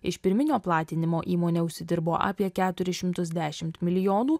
iš pirminio platinimo įmonė užsidirbo apie keturis šimtus dešimt milijonų